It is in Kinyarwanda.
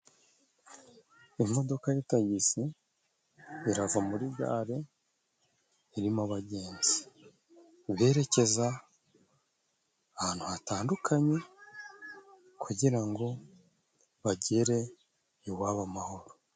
Imodoka ya tagisi, irava muri gare irimo abagenzi, berekeza ahantu hatandukanye kugira ngo bagere iwabo amahoro.